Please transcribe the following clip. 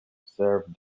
served